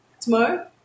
Tomorrow